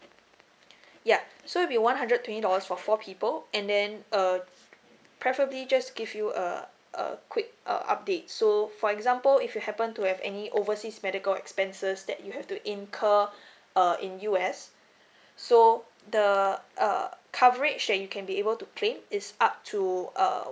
ya so it'll be one hundred twenty dollars for four people and then uh preferably just give you err a quick err update so for example if you happen to have any overseas medical expenses that you have to incur uh in U_S so the uh coverage that you can be able to claim is up to uh